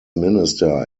minister